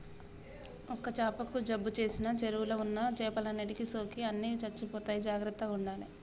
ఒక్క చాపకు జబ్బు చేసిన చెరువుల ఉన్న చేపలన్నిటికి సోకి అన్ని చచ్చిపోతాయి జాగ్రత్తగ ఉండాలే